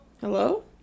Hello